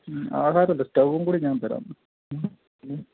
ആഹാരം എല്ലാം സ്റ്റവും കൂടി ഞാൻ തരാമെന്ന്